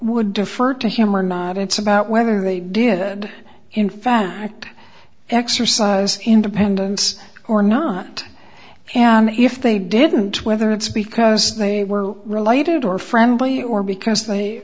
would defer to him or not it's about whether they did in fact exercise independence or not and if they didn't whether it's because they were related or friendly or because they